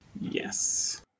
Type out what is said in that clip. yes